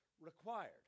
required